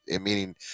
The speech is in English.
meaning